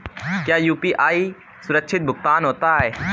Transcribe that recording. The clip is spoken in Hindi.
क्या यू.पी.आई सुरक्षित भुगतान होता है?